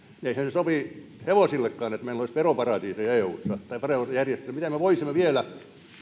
ei se nyt sovi hevosillekaan että meillä olisi veroparatiiseja eussa tai verojärjestelyjä miten me voisimme vielä